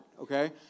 okay